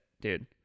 dude